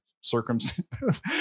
circumstances